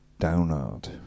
Downard